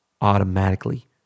automatically